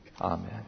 Amen